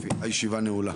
הישיבה נעולה.